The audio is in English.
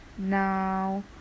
Now